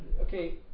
okay